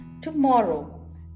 Tomorrow